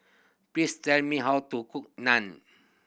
please tell me how to cook Naan